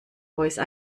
voice